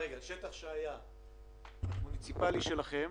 כלומר שטח שהיה מוניציפלי שלכם,